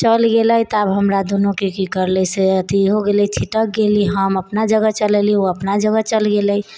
चलि गेलै तऽ हमरा दुन्नूके कि करलै से अथी हो गेलै छिटक गेली हम अपना जगह चलि अएली ओ अपना जगह चलि गेलै